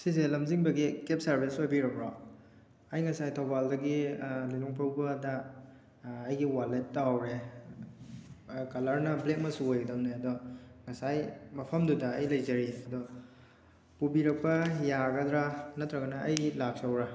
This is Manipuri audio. ꯁꯤꯁꯦ ꯂꯝꯖꯤꯡꯕꯒꯤ ꯀꯦꯕ ꯁꯥꯔꯕꯤꯁ ꯑꯣꯏꯕꯤꯔꯕ꯭ꯔꯣ ꯑꯩ ꯉꯁꯥꯏ ꯊꯧꯕꯥꯜꯗꯒꯤ ꯂꯤꯂꯣꯡ ꯐꯥꯎꯕꯗ ꯑꯩꯒꯤ ꯋꯥꯜꯂꯦꯠ ꯇꯥꯍꯧꯔꯦ ꯀꯂꯔꯅ ꯕ꯭ꯂꯦꯛ ꯃꯆꯨ ꯑꯣꯏꯒꯗꯝꯅꯦ ꯑꯗꯣ ꯉꯁꯥꯏ ꯃꯐꯝꯗꯨꯗ ꯑꯩ ꯂꯩꯖꯔꯤ ꯑꯗꯣ ꯄꯨꯕꯤꯔꯛꯄ ꯌꯥꯒꯗ꯭ꯔꯥ ꯅꯠꯇ꯭ꯔꯒꯅ ꯑꯩ ꯂꯥꯛꯆꯧꯔꯥ